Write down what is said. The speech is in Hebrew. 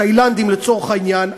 תאילנדים לצורך העניין.